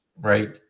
Right